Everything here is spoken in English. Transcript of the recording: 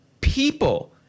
people